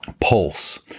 pulse